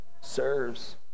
serves